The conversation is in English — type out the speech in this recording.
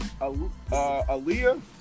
Aaliyah